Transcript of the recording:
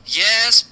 yes